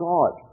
God